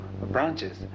branches